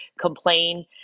complain